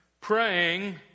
praying